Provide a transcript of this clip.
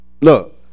look